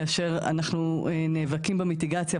כאשר אנחנו נאבקים במיטיגציה,